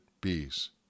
bees